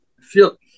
feel